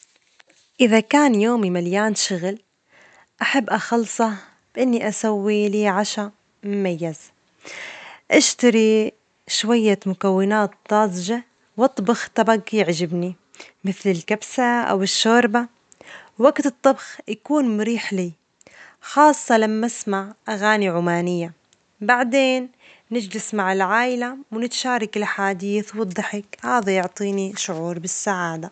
إذا كان يومي مليان شغل، أحب أخلصه بإني أسوي لي عشاء مميز، أشتري شوية مكونات طازجة وأطبخ طبج يعجبني مثل الكبسة أو الشوربة، وجت الطبخ يكون مريح لي خاصة لما أسمع أغاني عمانية، بعدين نجلس مع العائلة ونتشارك الأحاديث والضحك، هذا يعطيني شعورًا بالسعادة.